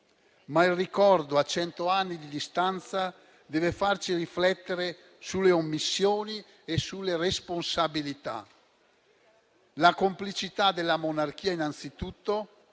Il ricordo, a cento anni di distanza, deve però farci riflettere sulle omissioni e sulle responsabilità; la complicità della monarchia innanzitutto,